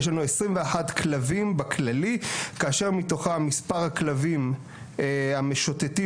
יש לנו 21 כלבים בכללי כאשר מתוכם מספר הכלבים המשוטטים